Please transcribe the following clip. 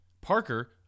Parker